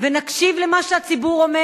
ונקשיב למה שהציבור אומר,